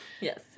Yes